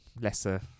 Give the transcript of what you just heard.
lesser